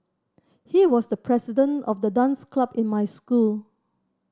he was the president of the dance club in my school